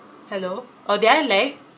hello oh did I lag